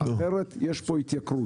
אחרת, תהיה התייקרות.